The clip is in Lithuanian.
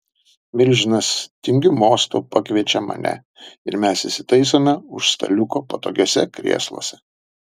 milžinas tingiu mostu pakviečia mane ir mes įsitaisome už staliuko patogiuose krėsluose